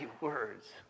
words